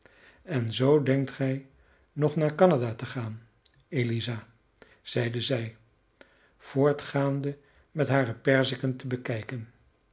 en zoo denkt gij nog naar canada te gaan eliza zeide zij voortgaande met hare perziken te bekijken